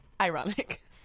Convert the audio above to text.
ironic